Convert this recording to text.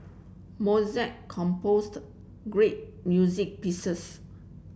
Mozart composed great music pieces